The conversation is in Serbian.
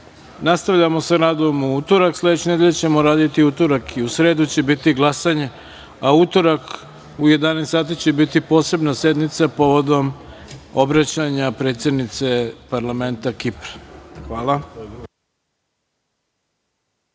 učešću. Nastavljamo sa radom u utorak. Sledeće nedelje ćemo raditi u utorak i u sredu će biti glasanje, a u utorak u 11.00 časova će biti posebna sednica povodom obraćanja predsednice parlamenta Kipra. Hvala.